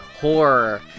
horror